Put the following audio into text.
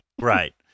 Right